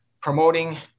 promoting